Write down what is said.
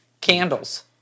candles